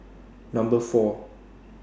Number four